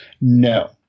No